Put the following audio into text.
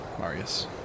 Marius